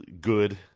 good